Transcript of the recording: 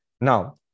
Now